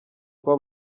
kuba